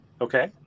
okay